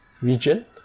region